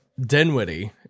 Denwitty